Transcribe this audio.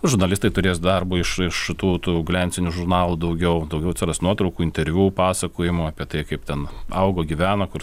žurnalistai turės darbo iš iš tų tų glencinių žurnalų daugiau daugiau atsiras nuotraukų interviu pasakojimų apie tai kaip ten augo gyveno kur